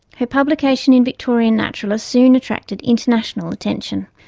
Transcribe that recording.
her publication in victorian naturalist soon attracted international attention,